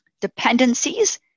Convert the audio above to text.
dependencies